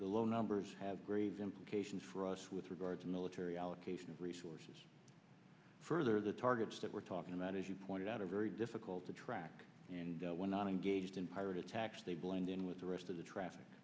the low numbers have grave implications for us with regard to military allocation of resources further the targets that we're talking about as you pointed out a very difficult to track and we're not engaged in pirate attacks they blend in with the rest of the traffic